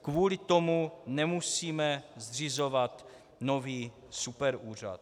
Kvůli tomu nemusíme zřizovat nový superúřad.